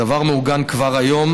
הדבר מעוגן כבר היום